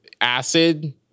acid